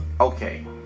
Okay